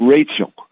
Rachel